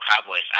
Cowboys